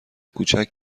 کوچک